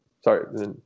sorry